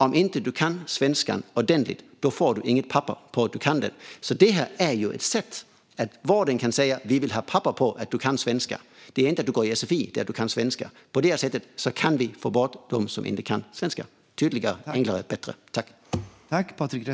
Om man inte kan svenska ordentligt får man inget papper på att man kan det. Detta är ett sätt för vården att säga att den vill ha papper på att man kan svenska. Det handlar inte om att gå på sfi utan om att kunna svenska. På det här sättet kan vi få bort dem som inte kan svenska. Det blir tydligare, enklare och bättre.